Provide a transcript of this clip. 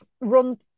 run